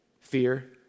Fear